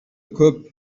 көп